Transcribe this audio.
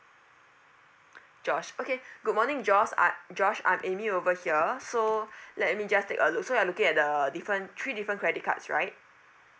josh okay good morning jos~ uh josh I'm amy over here so let me just take a look so you're looking at the different three different credit cards right